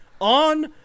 On